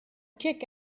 kick